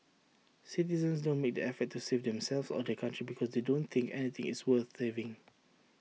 citizens don't make the effort to save themselves or their country because they don't think anything is worth saving